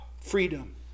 Freedom